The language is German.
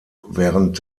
während